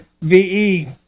VE